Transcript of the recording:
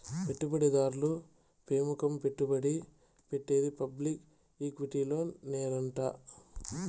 పెట్టుబడి దారులు పెముకంగా పెట్టుబడి పెట్టేది పబ్లిక్ ఈక్విటీలోనేనంట